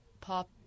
pop